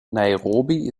nairobi